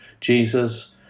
Jesus